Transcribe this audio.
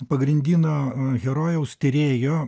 pagrindinio herojaus tyrėjo